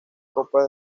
copas